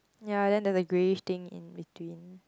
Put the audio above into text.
ya then there's a greyish thing in between